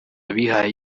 bihaye